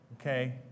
Okay